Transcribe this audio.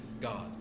God